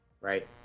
right